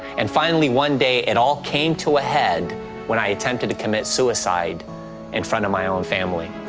and finally, one day it all came to a head when i attempted to commit suicide in front of my own family.